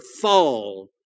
fall